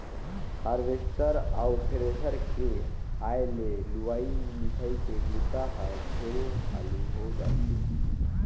harvester अउ thresher के आए ले लुवई, मिंसई के बूता हर ढेरे हालू हो जाथे